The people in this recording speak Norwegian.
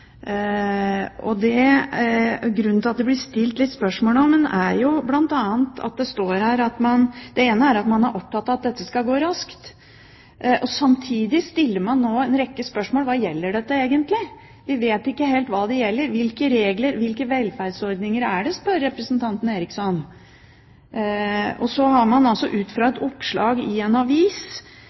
rar innstilling. Grunnen til at det blir stilt spørsmål om den, er jo bl.a. at det står at man er opptatt av at dette skal gå raskt. Samtidig stiller man nå en rekke spørsmål: Hva gjelder dette egentlig? Vi vet ikke helt hva det gjelder – hvilke regler, hvilke velferdsordninger er det, spør representanten Eriksson. Og så har man altså ut fra et oppslag i en avis